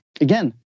again